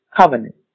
covenant